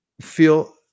feel